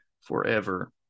forever